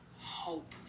hope